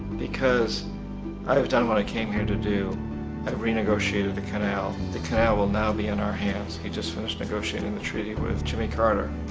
because i've done what i came here to do i renegotiated the canal. the canal will now be in our hands, we just finished negotiating the treaty with jimmy carter.